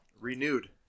Renewed